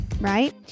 right